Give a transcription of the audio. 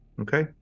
okay